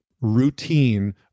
routine